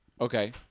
Okay